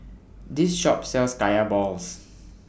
This Shop sells Kaya Balls